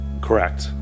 Correct